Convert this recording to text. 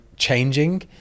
changing